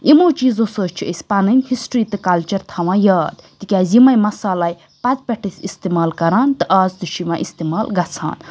یِمو چیٖزو سۭتۍ چھِ أسۍ پَنٕنۍ ہِسٹری تہٕ کَلچَر تھاوان یاد تِکیازِ یِمَے مَسالاے پَتہٕ پٮ۪ٹھ أسۍ اِستعمال کَران تہٕ آز تہِ چھُ یِوان اِستعمال گَژھان